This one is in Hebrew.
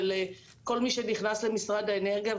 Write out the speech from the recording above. ולכל מי שנכנס למשרד האנרגיה,